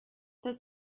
does